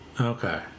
Okay